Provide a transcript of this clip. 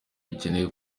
dukeneye